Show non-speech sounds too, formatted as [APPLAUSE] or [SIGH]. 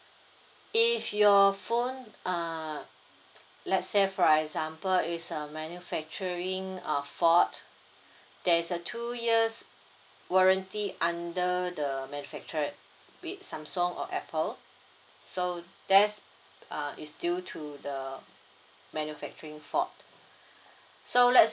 if your phone uh let's say for example it's a manufacturing uh fault there's a two years warranty under the manufacturer with samsung or apple so that's uh is due to the manufacturing fault [BREATH] so let's